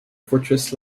fortress